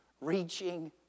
reaching